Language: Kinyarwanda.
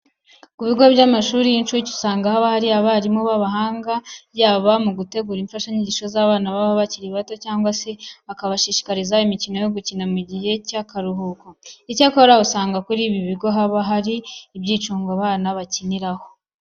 Ku bigo by'amashuri y'incuke usanga haba hari abarimu b'abahanga yaba mu gutegura imfashanyigisho z'abana baba bakiri bato cyangwa se kubashakira imikino yo gukina mu gihe cy'akaruhuko. Icyakora, usanga kuri ibi bigo haba hariho ibyicungo abana bakiniraho.